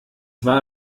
war